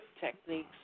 techniques